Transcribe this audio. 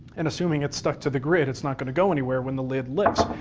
and assuming it's stuck to the grid, it's not gonna go anywhere when the lid lifts,